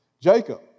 Jacob